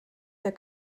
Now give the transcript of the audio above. der